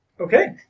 Okay